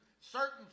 certain